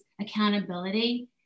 accountability